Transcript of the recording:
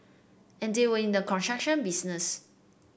and they were in the construction business